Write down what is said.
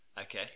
Okay